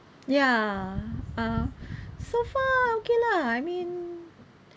ya uh so far okay lah I mean